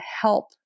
help